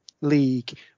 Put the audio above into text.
League